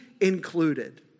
included